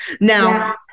Now